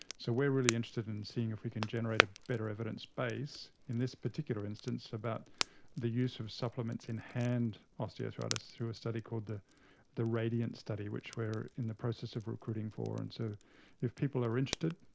so we are really interested in seeing if we can generate a better evidence base, in this particular instance, about the use of supplements in hand osteoarthritis through a study called the the radiant study, which we are in the process of recruiting for. and so if people are interested,